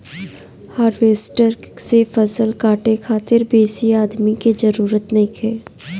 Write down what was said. harvester से फसल काटे खातिर बेसी आदमी के जरूरत नइखे